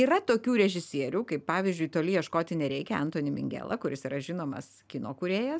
yra tokių režisierių kaip pavyzdžiui toli ieškoti nereikia antoni mingela kuris yra žinomas kino kūrėjas